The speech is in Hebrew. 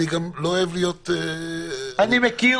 אני גם לא אוהב להיות --- אני מכיר